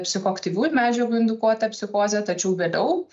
psichoaktyviųjų medžiagų indukuota psichozė tačiau vėliau